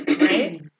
right